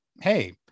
hey